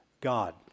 God